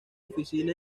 oficina